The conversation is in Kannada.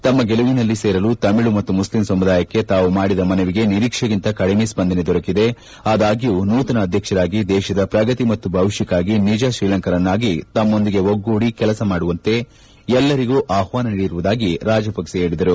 ತಮ್ನ ಗೆಲುವಿನಲ್ಲಿ ಸೇರಲು ತಮಿಳು ಮತ್ತು ಮುಸ್ಲಿಂ ಸಮುದಾಯಕ್ಕೆ ತಾವು ಮಾಡಿದ ಮನವಿಗೆ ನಿರೀಕ್ಷೆಗಿಂತ ಕಡಿಮೆ ಸ್ಪಂದನೆ ದೊರಕಿದೆ ಆದಾಗ್ಲೂ ನೂತನ ಅಧ್ಯಕ್ಷರಾಗಿ ದೇಶದ ಪ್ರಗತಿ ಮತ್ತು ಭವಿಷ್ಣಕ್ಕಾಗಿ ನಿಜ ತ್ರೀಲಂಕನ್ನರಾಗಿ ತಮ್ನೊಂದಿಗೆ ಒಗ್ಗೂಡಿ ಕೆಲಸ ಮಾಡುವಂತೆ ಎಲ್ಲರಿಗೂ ಆಹ್ವಾನ ನೀಡಿರುವುದಾಗಿ ರಾಜಪಕ್ಷೆ ಹೇಳಿದರು